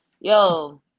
yo